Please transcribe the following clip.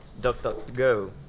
DuckDuckGo